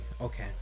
Okay